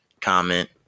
comment